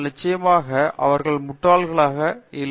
பேராசிரியர் அரிந்தமா சிங் ஆனால் நிச்சயமாக அவர்கள் முட்டாள்களாக இல்லை